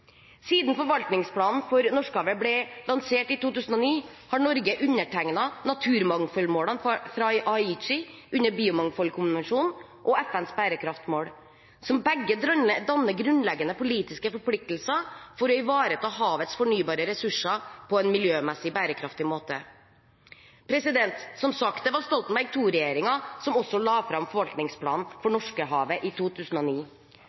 Siden forvaltningsplanen for Norskehavet ble lansert i 2009, har Norge undertegnet naturmangfoldsmålene fra Aichi under Biomangfoldkonvensjonen og FNs bærekraftsmål, som begge danner grunnleggende politiske forpliktelser til å ivareta havets fornybare ressurser på en miljømessig bærekraftig måte. Som sagt, det var Stoltenberg II-regjeringen som la fram forvaltningsplanen for Norskehavet i 2009.